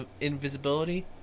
invisibility